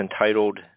entitled